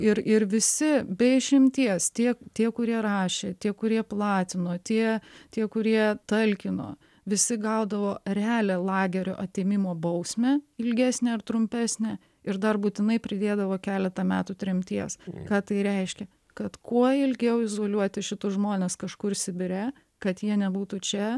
ir ir visi be išimties tie tie kurie rašė tie kurie platino tie tie kurie talkino visi gaudavo realią lagerio atėmimo bausmę ilgesnę ar trumpesnę ir dar būtinai pridėdavo keletą metų tremties kad tai reiškia kad kuo ilgiau izoliuoti šituos žmones kažkur sibire kad jie nebūtų čia